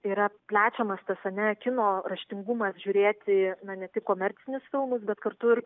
yra plečiamas tas ar ne kino raštingumas žiūrėti ne tik komercinius filmus bet kartu ir